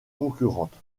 concurrentes